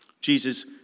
Jesus